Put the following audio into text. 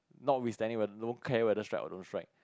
not withstanding one don't care whether strike or don't strike